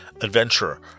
adventurer